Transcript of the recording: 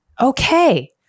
okay